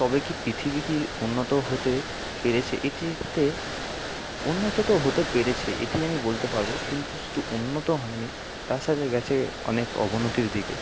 আচ্ছা তবে কি পৃথিবী কি উন্নত হতে পেরেছে এটিরতে উন্নত তো হতে পেরেছে এটি আমি বলতে পারবো কিন্তু শুধু উন্নত হয় নি তার সাথে গেছে অনেক অবনতির দিকে